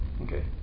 Okay